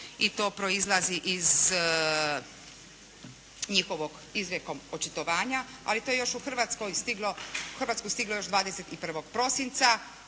i to proizlazi iz njihovog izrijekom očitovanja, ali to je još u Hrvatsku stiglo 21. prosinca,